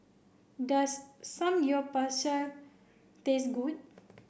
does Samgeyopsal taste good